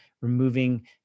removing